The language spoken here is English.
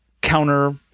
counter